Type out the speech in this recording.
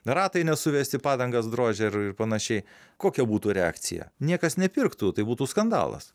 ratai nesuvesti padangas drožia ir panašiai kokia būtų reakcija niekas nepirktų tai būtų skandalas